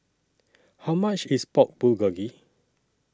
How much IS Pork Bulgogi